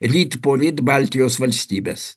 ryt poryt baltijos valstybes